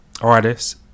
artists